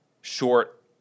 short